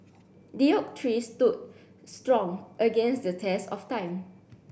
the oak tree stood strong against the test of time